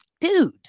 dude